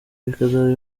bikazaba